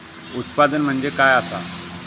उत्पादन म्हणजे काय असा?